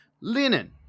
linen